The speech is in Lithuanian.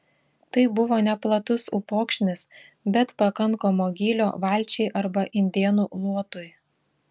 tai buvo neplatus upokšnis bet pakankamo gylio valčiai arba indėnų luotui